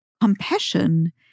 Compassion